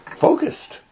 focused